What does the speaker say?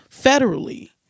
federally